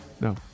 No